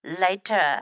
later